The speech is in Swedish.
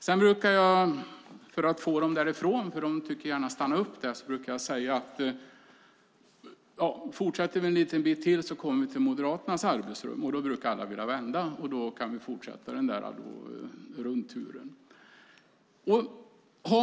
De vill gärna stanna där, och för att få dem därifrån brukar jag säga att om vi fortsätter en bit till kommer vi till Moderaternas arbetsrum. Då brukar alla vilja vända och vi kan fortsätta rundturen.